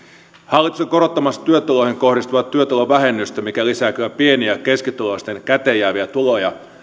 hallitus on korottamassa työtuloihin kohdistuvaa työtulovähennystä mikä lisää kyllä pieni ja keskituloisten käteenjääviä tuloja